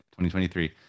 2023